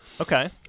Okay